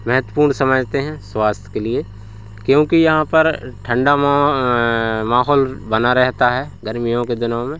महत्वपूर्ण समझते हैं स्वास्थ्य के लिए क्योंकि यहाँ पर ठंडा माहौल बना रहता है गर्मियों के दिनों में